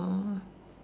oh